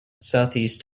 southeast